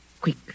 quick